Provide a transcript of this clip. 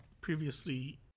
previously